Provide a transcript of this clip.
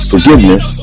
forgiveness